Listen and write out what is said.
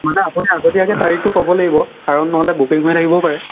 মানে আপুনি আগতীয়াকৈ তাৰিখটো ক'ব লাগিব কাৰণ নহ'লে বুকিং হৈ থাকিবও পাৰে